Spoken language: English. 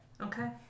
Okay